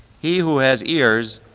he who has ears,